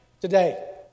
today